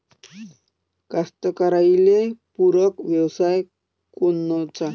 कास्तकाराइले पूरक व्यवसाय कोनचा?